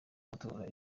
amatora